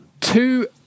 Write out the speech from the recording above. Two